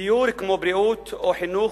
דיור, כמו בריאות וחינוך,